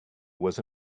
was